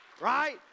Right